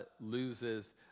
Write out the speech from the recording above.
loses